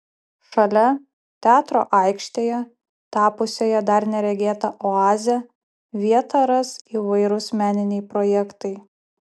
šalia teatro aikštėje tapusioje dar neregėta oaze vietą ras įvairūs meniniai projektai